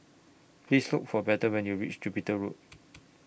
Please Look For Bethel when YOU REACH Jupiter Road